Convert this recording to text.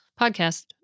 podcast